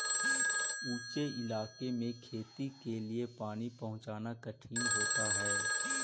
ऊँचे इलाके में खेती के लिए पानी पहुँचाना कठिन होता है